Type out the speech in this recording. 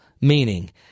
meaning